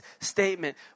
statement